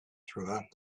throughout